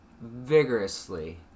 vigorously